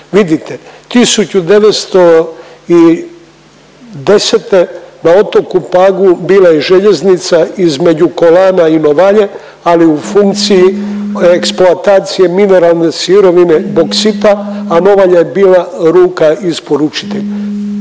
Vidite, 1910. na otoku Pagu bila je željeznica između Kolana i Novalje, ali u funkciji eksploatacije mineralne sirovine boksita, a Novalja je bila luka isporučitelj.